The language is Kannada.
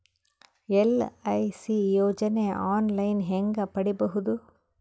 ಎಲ್.ಐ.ಸಿ ಯೋಜನೆ ಆನ್ ಲೈನ್ ಹೇಂಗ ಪಡಿಬಹುದು?